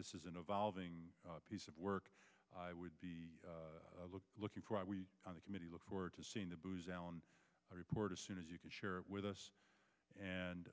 this is an evolving piece of work i would be looking for on the committee look forward to seeing the booz allen report as soon as you can share it with us and